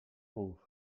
ruf